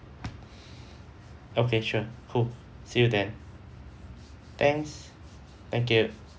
okay sure cool see you then thanks thank you